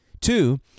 Two